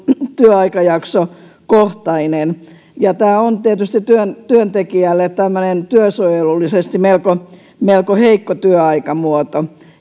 työaikajaksokohtainen tämä on tietysti työntekijälle työsuojelullisesti melko melko heikko työaikamuoto